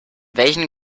welchen